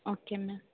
okay ma'am